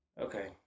Okay